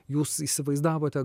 jūs įsivaizdavote